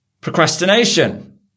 Procrastination